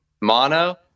mono